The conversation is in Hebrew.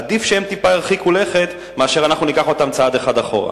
עדיף שהם טיפה ירחיקו לכת מאשר שאנחנו ניקח אותם צעד אחד אחורה.